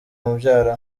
mubyara